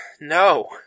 no